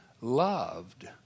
loved